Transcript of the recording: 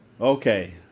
Okay